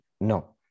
No